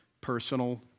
personal